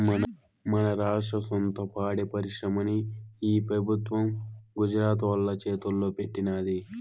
మన రాష్ట్ర సొంత పాడి పరిశ్రమని ఈ పెబుత్వం గుజరాతోల్ల చేతల్లో పెట్టినాది